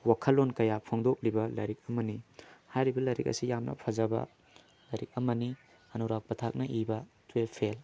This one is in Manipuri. ꯋꯥꯈꯜꯂꯣꯟ ꯀꯌꯥ ꯐꯣꯡꯗꯣꯛꯂꯤꯕ ꯂꯥꯏꯔꯤꯛ ꯑꯃꯅꯤ ꯍꯥꯏꯔꯤꯕ ꯂꯥꯏꯔꯤꯛ ꯑꯁꯤ ꯌꯥꯝꯅ ꯐꯖꯕ ꯂꯥꯏꯔꯤꯛ ꯑꯃꯅꯤ ꯑꯅꯨꯔꯥꯛ ꯄꯊꯥꯛꯅ ꯏꯕ ꯇꯨꯌꯦꯐ ꯐꯦꯜ